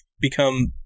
become